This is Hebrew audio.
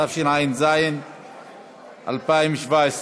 התשע"ז 2017,